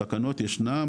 התקנות ישנן,